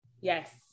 Yes